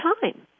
time